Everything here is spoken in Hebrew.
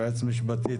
יועץ משפטי,